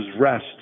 rest